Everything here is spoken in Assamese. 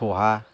ঠোঁহা